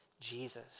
Jesus